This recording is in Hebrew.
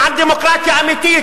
למען דמוקרטיה אמיתית,